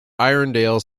irondale